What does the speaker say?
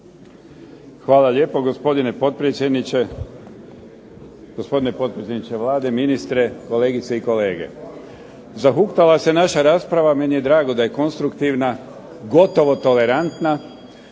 Hvala lijepo, gospodine potpredsjedniče. Gospodine potpredsjedniče Vlade, ministre, kolegice i kolege. Zahuktava se naša rasprava. Meni je drago da je konstruktivna, gotovo tolerantna